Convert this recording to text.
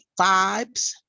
vibes